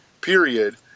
period